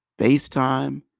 FaceTime